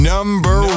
Number